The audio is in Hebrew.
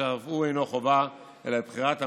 שאף הוא אינו חובה אלא לבחירת המועמדים.